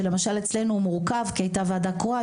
שאצלנו הוא מורכב כי הייתה ועדה קרואה,